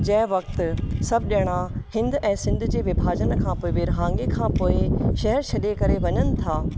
जंहिं वक़्तु सभु ॼणा हिंद ऐं सिंध जे विभाजनि खां पए विरहाङे खां पोइ शहरु छॾे करे वञनि था